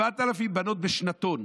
7,000 בנות בשנתון,